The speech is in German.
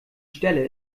stelle